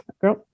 girl